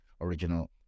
original